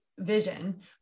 vision